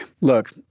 Look